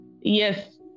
yes